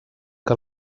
que